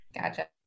Gotcha